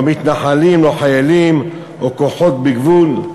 לא מתנחלים, לא חיילים או כוחות בגבול,